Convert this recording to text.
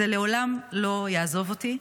זה לעולם לא יעזוב אותי.